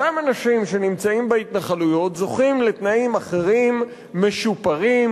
אותם אנשים שנמצאים בהתנחלויות זוכים לתנאים אחרים משופרים,